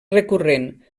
recurrent